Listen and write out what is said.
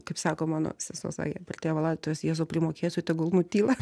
kaip sako mano sesuo sakė per tėvo laidotuves jėzau primokėsiu tegul nutyla